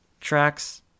tracks